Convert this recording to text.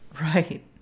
right